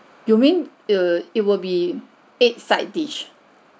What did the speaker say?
you mean it'll it will be eight side dish